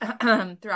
throughout